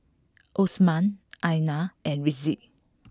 Osman Aina and Rizqi